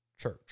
church